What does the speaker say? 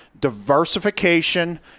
Diversification